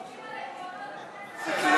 כולנו שומרים על עקרונות הכנסת וכללי הכנסת,